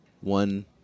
One